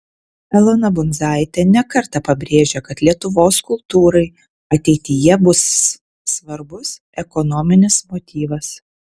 elona bundzaitė ne kartą pabrėžė kad lietuvos kultūrai ateityje bus svarbus ekonominis motyvas